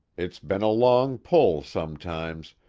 it's been a long pull sometimes,